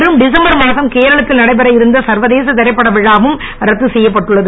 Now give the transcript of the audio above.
வர டிசம்பர் மாதம் கேரளத்தில் நடைபெற இருந்த சர்வதேச திரைப்பட விழாவும் ரத்து செய்யப்பட்டுள்ளது